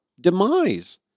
demise